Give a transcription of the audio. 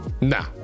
Nah